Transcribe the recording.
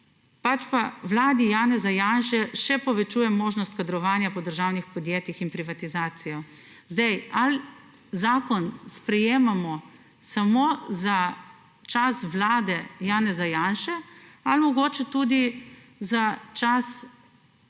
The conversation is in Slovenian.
pač pa Vladi Janeza še povečuje možnost kadrovanja po državnih podjetjih in privatizacijo. Zdaj, ali zakon sprejemamo samo za čas Vlade Janeza Janše ali mogoče tudi za čas ko